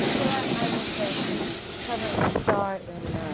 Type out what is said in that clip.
well i. i was covering the start in.